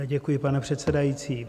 Děkuji, pane předsedající.